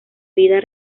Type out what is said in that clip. vida